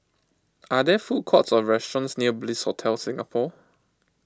are there food courts or restaurants near Bliss Hotel Singapore